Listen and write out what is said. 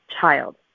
child